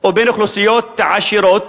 ובין האוכלוסיות העשירות